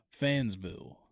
Fansville